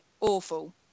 awful